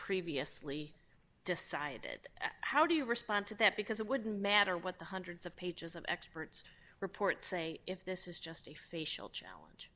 previously decided how do you respond to that because it wouldn't matter what the hundreds of pages of expert's report say if this is just a facial challenge